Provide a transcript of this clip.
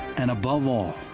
and above all,